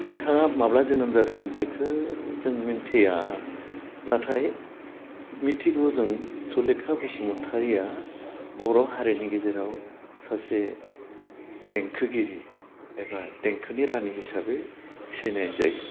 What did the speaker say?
बिथाङा माब्ला जोनोम जादों बेखो जों मोनथिया नाथाय मिथिगौ जों सुलेखा बसुमतारीया बर' हारिनि गेजेराव सासे देंखोगिरि एबा देंखोनि रानि हिसाबै सिनाय जायो